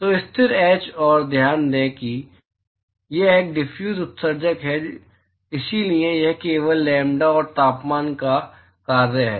तो स्थिर एच और ध्यान दें कि यह एक फ़िफ्यूज़ उत्सर्जक है इसलिए यह केवल लैम्ब्डा और तापमान का एक कार्य है